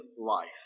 life